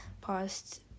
paused